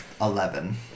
Eleven